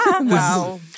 Wow